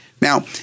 Now